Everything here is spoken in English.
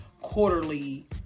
quarterly